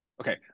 Okay